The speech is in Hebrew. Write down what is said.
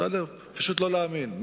פשוט לא להאמין.